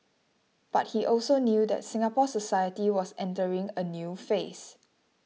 but he also knew that Singapore society was entering a new phase